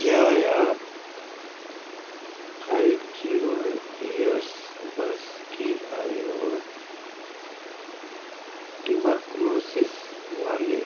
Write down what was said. क्या आप five zero years वर्ष की आयु और ट्यूबरक्लोसिस वाले